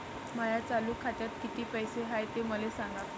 माया चालू खात्यात किती पैसे हाय ते मले सांगा